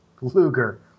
Luger